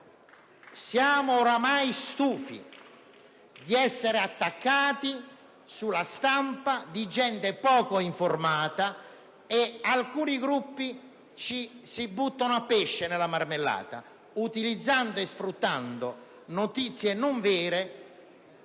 Siamo ormai stufi di essere attaccati sulla stampa da gente poco informata. Alcuni Gruppi si buttano a pesce nella marmellata, utilizzando e sfruttando notizie non vere